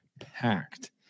packed